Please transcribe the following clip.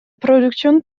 producción